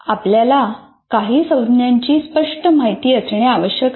आपल्याला काही संज्ञांची स्पष्ट माहिती असणे आवश्यक आहे